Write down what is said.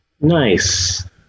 Nice